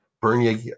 Bernier